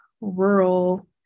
rural